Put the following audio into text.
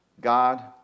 God